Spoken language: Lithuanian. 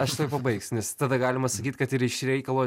aš tuoj pabaigsiu nes tada galima sakyt kad ir iš reikalo